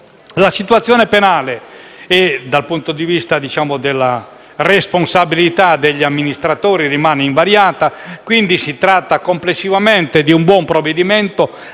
La situazione penale, dal punto di vista della responsabilità degli amministratori, rimane invariata. Si tratta, complessivamente, di un buon provvedimento,